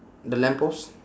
the lamp post